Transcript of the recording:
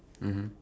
mmhmm